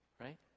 right